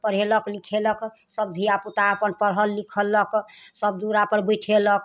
पढ़ेलक लिखेलक सब धियापुता अपन पढ़ल लिखलक सब दूरापर बैठेलक